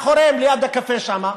אחר כך, ליד הקפה שם מאחורה,